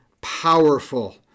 powerful